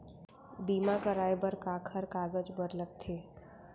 बीमा कराय बर काखर कागज बर लगथे?